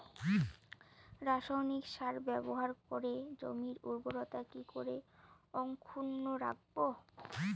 রাসায়নিক সার ব্যবহার করে জমির উর্বরতা কি করে অক্ষুণ্ন রাখবো